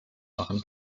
machen